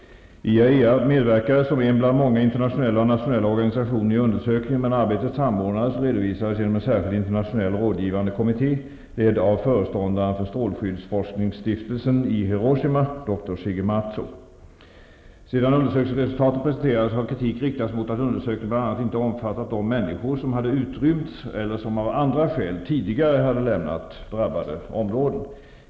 IAEA medverkade som en bland många internationella och nationella organisationer i undersökningen men arbetet samordnades och redovisades genom en särskild internationell rådgivande kommitté ledd av föreståndaren för strålskyddsforskningsstiftelsen i Hiroshima, Dr Sedan undersökningsresultaten presenterades har kritik riktats mot att undersökningen bl.a. inte omfattat de människor som hade utrymts eller som av andra skäl tidigare hade lämnat drabbade områden.